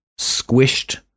squished